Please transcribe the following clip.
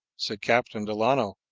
said captain delano,